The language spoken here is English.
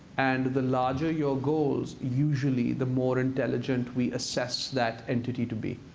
and the larger your goals, usually, the more intelligent we assess that entity to be.